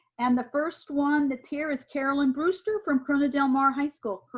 and the first one that's here is caroline brewster from corona del mar high school,